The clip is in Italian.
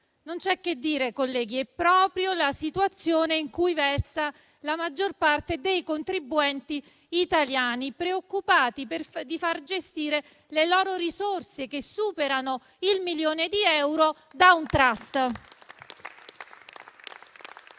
Non c'è che dire, colleghi: è proprio la situazione in cui versa la maggior parte dei contribuenti italiani, preoccupati di far gestire le loro risorse che superano il milione di euro da un *trust*.